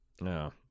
No